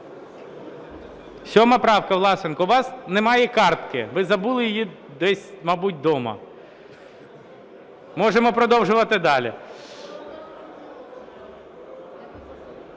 7 правка, Власенко. У вас немає картки, ви забули її десь, мабуть, дома. Можемо продовжувати далі.